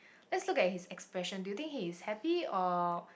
let's look at his expression do you think he is happy or